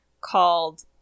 called